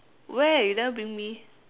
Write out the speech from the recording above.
where you never bring me